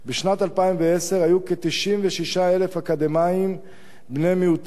בשנת 2010 היו כ-96,000 אקדמאים בני-מיעוטים.